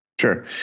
Sure